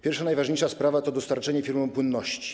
Pierwsza, najważniejsza, sprawa to zapewnienie firmom płynności.